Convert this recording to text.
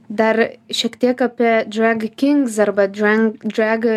dar šiek tiek apie drag kings arba dreng drag